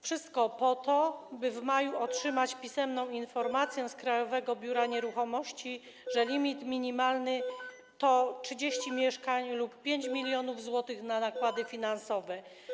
Wszystko po to, by w maju otrzymać pisemną informację z Krajowego Biura Nieruchomości, że limit minimalny to 30 mieszkań lub 5 mln zł na nakłady finansowe.